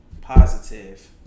positive